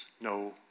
No